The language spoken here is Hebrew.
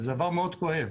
וזה דבר מאוד כואב.